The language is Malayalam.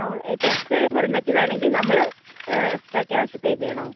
ഓ ഇപ്പോൾ എക്സ്ട്രാ ഹെൽമറ്റ് വേണമെങ്കിൽ നമ്മൾ എക്സ്ട്രാ ക്യാഷ് പേ ചെയ്യണോ